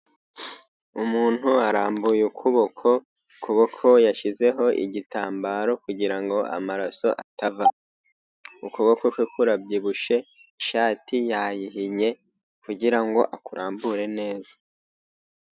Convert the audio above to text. Umuntu arambuye ukuboko, ukuboko yashyizeho igitambaro kugira ngo amaraso atava. Ukuboko kwe kurabyibushye, ishati yayihinnye kugira ngo akurambure neza.